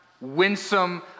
winsome